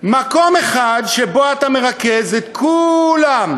מקום אחד שבו אתה מרכז את כולם,